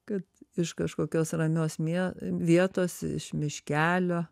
kad iš kažkokios ramios mie vietos iš miškelio